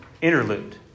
interlude